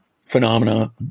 phenomena